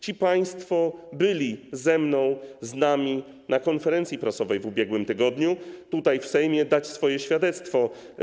Ci państwo byli ze mną, z nami na konferencji prasowej w ubiegłym tygodniu tutaj, w Sejmie, dać swoje świadectwo.